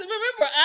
Remember